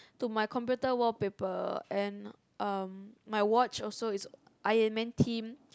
to my computer wallpaper and um my watch also is Iron-man themed